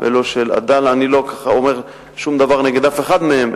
ולא של "עדאלה" אני לא אומר שום דבר נגד אף אחד מהם,